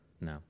No